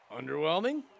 Underwhelming